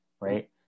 right